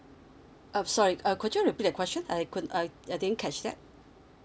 uh sorry uh could you repeat the question I couldn't I didn't catch that